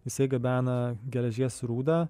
jisai gabena geležies rūdą